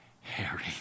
Harry